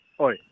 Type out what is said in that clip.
Oi